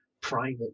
private